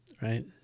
right